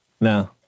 No